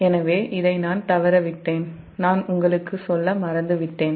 எனவே இதை நான் தவறவிட்டேன் நான் உங்களுக்கு சொல்ல மறந்துவிட்டேன்